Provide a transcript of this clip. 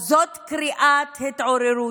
אז זאת קריאת התעוררות,